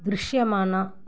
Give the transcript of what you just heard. దృశ్యమాన